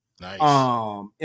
Nice